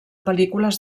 pel·lícules